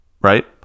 right